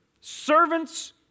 servants